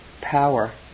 power